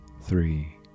three